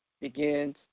begins